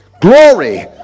Glory